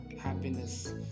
happiness